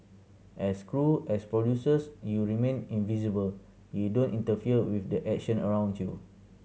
as crew as producers you remain invisible you don't interfere with the action around you